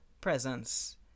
presence